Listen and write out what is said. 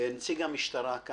נציג המשטרה.